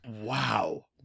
Wow